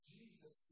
Jesus